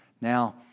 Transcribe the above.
Now